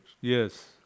Yes